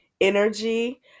energy